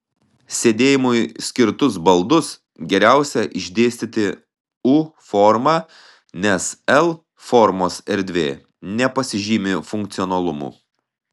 sėdėjimui skirtus baldus geriausia išdėstyti u forma nes l formos erdvė nepasižymi funkcionalumu